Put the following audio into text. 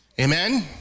Amen